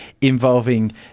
involving